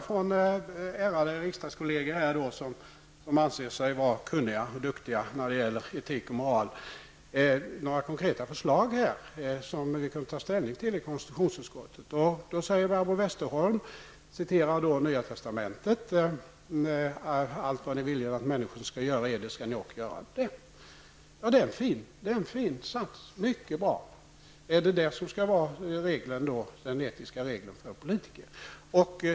Från ärade riksdagskolleger som anser sig vara kunniga och duktiga när det gäller etik och moral begärde jag några konkreta förslag som vi i konstitutionsutskottet kan ta ställning till. Barbro Westerholm citerade nya testamentet -- allt vad ni vill att människorna skall göra för er, det skall ni också göra för dem. Det är en fin sats, mycket bra. Är det detta som skall vara den etiska regeln för politiker?